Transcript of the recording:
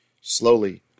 Slowly